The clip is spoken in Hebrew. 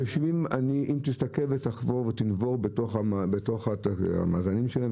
אם תסתכל ותחפור ותנבור בתוך המאזנים שלהם,